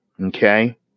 Okay